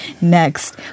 next